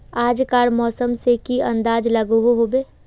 आज कार मौसम से की अंदाज लागोहो होबे?